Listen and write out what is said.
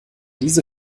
diese